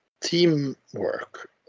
teamwork